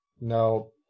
No